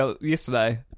yesterday